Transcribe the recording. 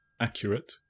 accurate